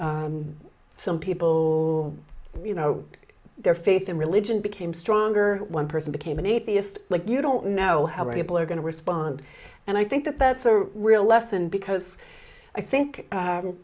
some people you know their faith in religion became stronger one person became an atheist like you don't know how many people are going to respond and i think that that's a real lesson because i think